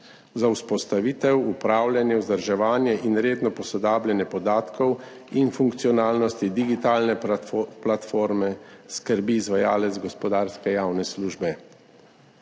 Za vzpostavitev, upravljanje, vzdrževanje in redno posodabljanje podatkov in funkcionalnosti digitalne platforme skrbi izvajalec gospodarske javne službe.